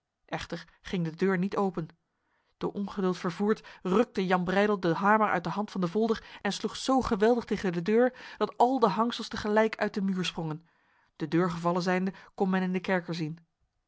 echter ging de deur niet open door ongeduld vervoerd rukte jan breydel de hamer uit de hand van de volder en sloeg zo geweldig tegen de deur dat al de hangsels tegelijk uit de muur sprongen de deur gevallen zijnde kon men in de kerker zien